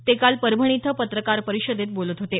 ते काल परभणी इथं पत्रकार परिषदेत बोलत होते